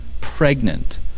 pregnant